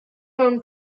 term